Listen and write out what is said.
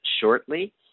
shortly